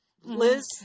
Liz